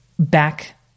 Back